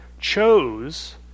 chose